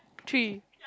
three